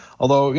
although you